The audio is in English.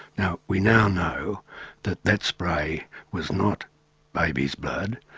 now we now know that that spray was not baby's blood,